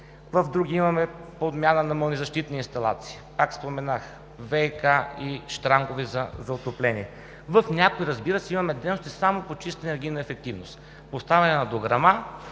в други имаме подмяна на нови защитни инсталации. Пак споменах ВиК и щрангове за отопление. В някои, разбира се, имаме дейности само по чисто енергийна ефективност, поставяне на дограма